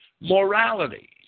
morality